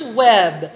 web